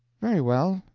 very well,